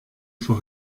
for